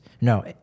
No